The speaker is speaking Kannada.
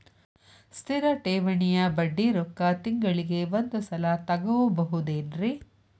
ಸ್ಥಿರ ಠೇವಣಿಯ ಬಡ್ಡಿ ರೊಕ್ಕ ತಿಂಗಳಿಗೆ ಒಂದು ಸಲ ತಗೊಬಹುದೆನ್ರಿ?